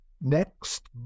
next